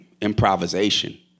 improvisation